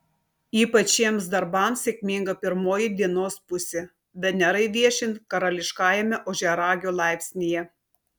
ypač šiems darbams sėkminga pirmoji dienos pusė venerai viešint karališkajame ožiaragio laipsnyje